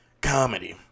comedy